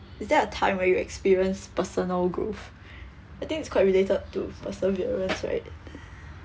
is there a time when you experience personal growth I think it's quite related to perseverance right